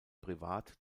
privat